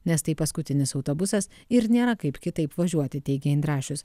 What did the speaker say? nes tai paskutinis autobusas ir nėra kaip kitaip važiuoti teigė indrašius